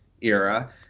era